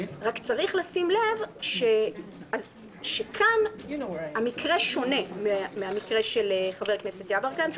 רק צריך לשים לב שכאן המקרה שונה מהמקרה של חבר הכנסת יברקן,